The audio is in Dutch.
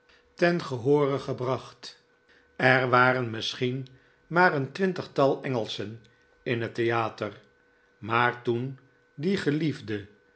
ten gehoore gebracht er waren misschien maar een twintigtal engelschen in het theater maar toen die geliefde